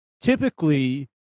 typically